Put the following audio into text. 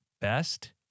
Best